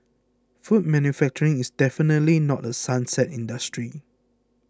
food manufacturing is definitely not a sunset industry